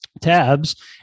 tabs